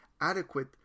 adequate